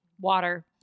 water